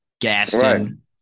Gaston